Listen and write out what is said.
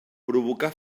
provocà